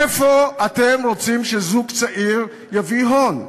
מאיפה אתם רוצים שזוג צעיר יביא הון?